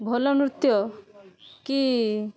ଭଲ ନୃତ୍ୟ କି